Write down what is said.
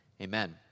Amen